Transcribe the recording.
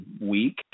week